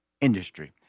industry